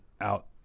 out